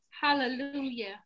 Hallelujah